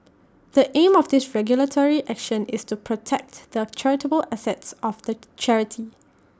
the aim of this regulatory action is to protect the charitable assets of the charity